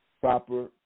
proper